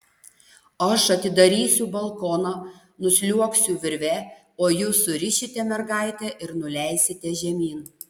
aš atidarysiu balkoną nusliuogsiu virve o jūs surišite mergaitę ir nuleisite žemyn